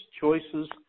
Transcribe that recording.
choices